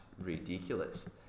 ridiculous